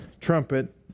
trumpet